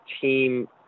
team